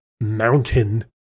mountain